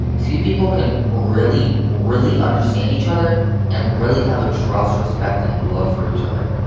two people can really, really understand each other and really have a trust, respect and love for each other.